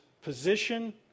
position